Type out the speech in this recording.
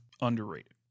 Underrated